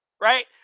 right